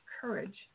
courage